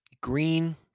green